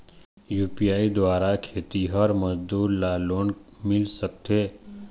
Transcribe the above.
UPI द्वारा खेतीहर मजदूर ला लोन मिल सकथे?